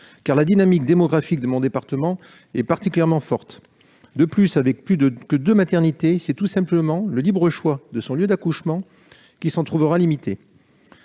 car la dynamique démographique de mon département est particulièrement forte. De plus, avec seulement deux maternités, c'est tout simplement le libre choix de son lieu d'accouchement qui se trouvera limité.